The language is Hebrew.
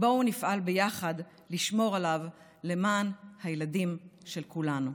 בואו נפעל ביחד לשמור עליו, למען הילדים של כולנו.